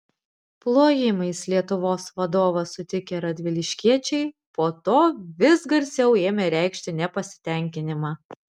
plojimais lietuvos vadovą sutikę radviliškiečiai po to vis garsiau ėmė reikšti nepasitenkinimą